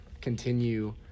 continue